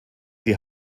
die